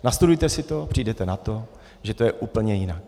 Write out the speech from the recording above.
Nastudujte si to, přijdete na to, že je to úplně jinak.